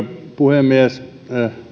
puhemies